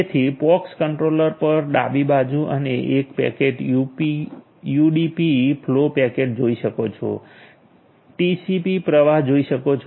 તેથી POX controller પર ડાબી બાજુ તમે એક પેકેટ યુડીપી ફ્લો પેકેટ જોઈ શકો છો ટીસીપી પ્રવાહ જોઈ શકો છો